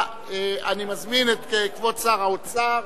אני מזמין את כבוד שר האוצר